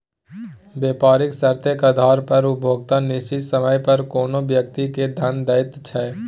बेपारिक शर्तेक आधार पर उपभोक्ता निश्चित समय पर कोनो व्यक्ति केँ धन दैत छै